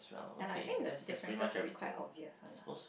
and I think the differences will be quite obvious one lah